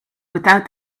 without